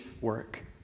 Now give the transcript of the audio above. work